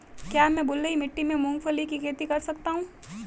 क्या मैं बलुई मिट्टी में मूंगफली की खेती कर सकता हूँ?